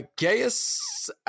Gaius